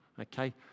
Okay